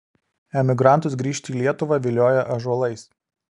emigrantus grįžti į lietuvą vilioja ąžuolais